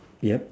yup